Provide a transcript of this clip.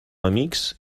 amics